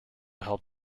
help